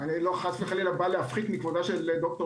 אני חלילה לא בא להפחית מכבודה של ד"ר